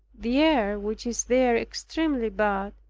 the air, which is there extremely bad,